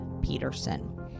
Peterson